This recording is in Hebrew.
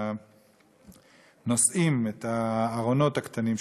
ה"נושאים", את הארונות הקטנים.